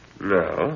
No